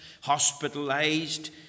hospitalized